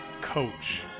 coach